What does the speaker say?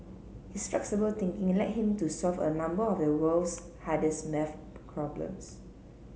his flexible thinking led him to solve a number of the world's hardest maths problems